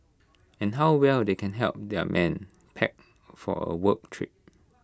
and how well they can help their men pack for A work trip